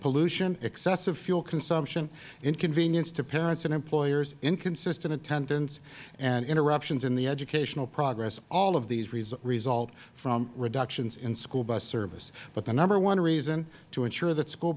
pollution excessive fuel consumption inconvenience to parents and employers inconsistent attendance and interruptions in the educational progress all of these result from reductions in school bus service but the number one reason to ensure that school